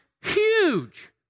huge